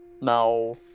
No